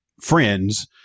friends